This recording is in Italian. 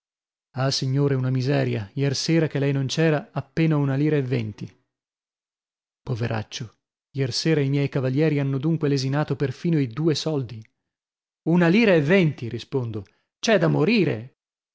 ah signore una miseria iersera che lei non c'era appena una lira e venti poveraccio iersera i miei cavalieri hanno dunque lesinato perfino i due soldi una lira e venti rispondo c'è da morire